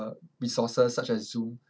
uh resources such as zoom